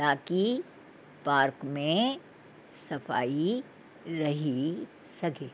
ताकी पार्क में सफ़ाई रही सघे